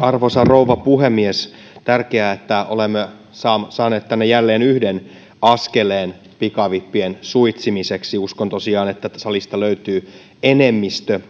arvoisa rouva puhemies tärkeää että olemme saaneet tänne jälleen yhden askeleen pikavippien suitsimiseksi uskon tosiaan että täältä salista löytyy varmasti enemmistö